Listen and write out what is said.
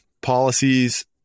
policies